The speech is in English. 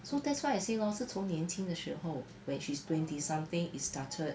so that's why I say lor 是从年轻的时候 when she's twenty something it started